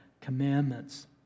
commandments